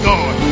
God